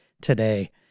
today